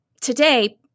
today